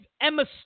Emma